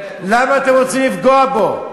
למה אתם רוצים לפגוע בו?